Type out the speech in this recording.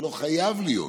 זה לא חייב להיות.